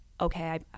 okay